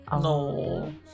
No